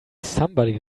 somebody